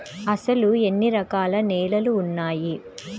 అసలు ఎన్ని రకాల నేలలు వున్నాయి?